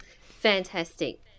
Fantastic